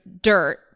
dirt